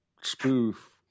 spoof